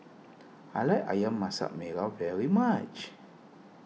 I like Ayam Masak Merah very much